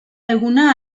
eguna